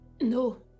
No